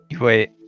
Wait